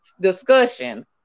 discussion